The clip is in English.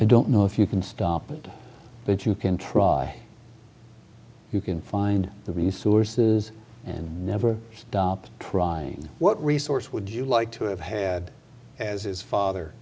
i don't know if you can stop it but you can try you can find the resources and never stop trying what resource would you like to have had as his father